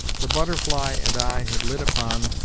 the butterfly and i had lit upon,